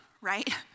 right